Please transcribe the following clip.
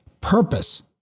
purpose